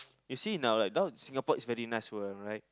you see in our like now Singapore is very nice were I right